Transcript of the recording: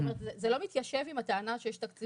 זאת אומרת, זה לא מתיישב עם הטענה שיש תקציבים.